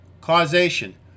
Causation